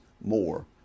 more